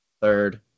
Third